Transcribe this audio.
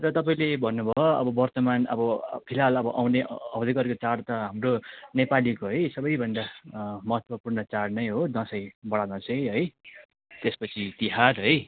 र तपाईँले भन्नु भयो अब वर्तमान अब फिलहाल अब आउने आउँदै गरेको चाड त हाम्रो नेपालीको है सबैभन्दा महत्त्वपूर्ण चाड नै हो दसैँ बडा दसैँ त्यस पछि तिहार है